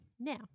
Now